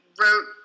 wrote